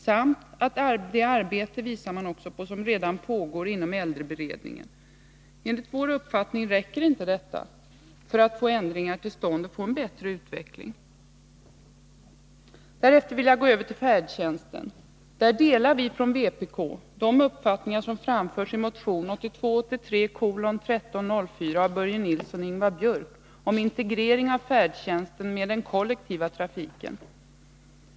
Man visar Nr 113 också på det arbete som redan pågår inom äldreberedningen. Enligt vår uppfattning räcker inte detta för att få en ändring till stånd och åstadkomma en bättre utveckling. Jag vill därefter gå över till frågan om färdtjänsten. Där delar vi från vpk de åsikter som framförs i motion 1982/83:1304 av Börje Nilsson och Ingvar Björk om integrering av färdtjänsten med den kollektiva trafiken.